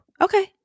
Okay